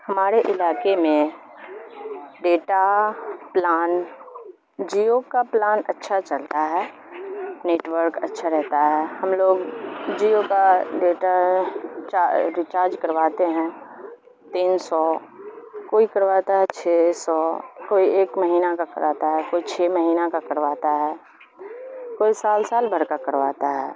ہمارے علاقے میں ڈیٹا پلان جیو کا پلان اچھا چلتا ہے نیٹورک اچھا رہتا ہے ہم لوگ جیو کا ڈیٹا ریچارج کرواتے ہیں تین سو کوئی کرواتا ہے چھ سو کوئی ایک مہینہ کا کراتا ہے کوئی چھ مہینہ کا کرواتا ہے کوئی سال سال بھر کا کرواتا ہے